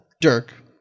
Dirk